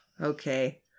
okay